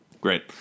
Great